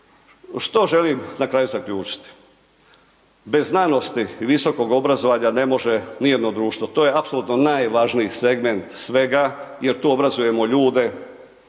Što želim na kraju zaključiti? Bez znanosti i visokog obrazovanja, ne može nijedno društvo, to je apsolutno najvažniji segment svega jer tu obrazujemo ljude